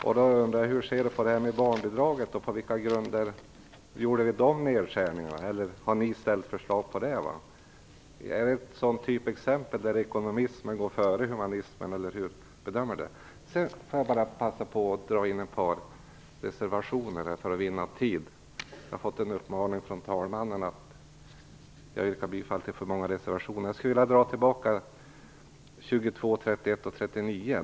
Jag undrar hur Bo Holmberg ser på sänkningen av barnbidraget och på vilka grunder ni har ställt förslag till sådana nedskärningar. Är det ett typexempel på att ekonomismen går före humanismen, eller hur bedömer Bo Holmberg det? För att vinna tid vill jag också ta upp ett par reservationer. Jag har fått en uppmaning från talmannen om att jag yrkade bifall till för många reservationer. Jag skulle vilja dra tillbaka mitt yrkande om bifall till reservationerna 22, 31 och 39.